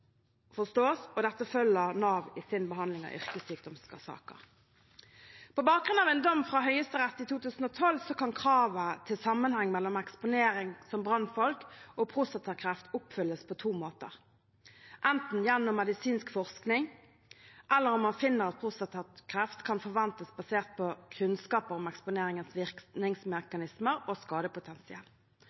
forstås. Dette følger Nav i sin behandling av yrkessykdomssaker. På bakgrunn av en dom fra Høyesterett i 2012 kan kravet til sammenheng mellom eksponering som brannfolk og prostatakreft oppfylles på to måter: enten gjennom medisinsk forskning eller om man finner at prostatakreft kan forventes basert på kunnskaper om eksponeringens virkningsmekanismer og skadepotensial.